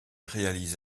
réalise